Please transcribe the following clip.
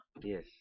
Yes